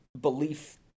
belief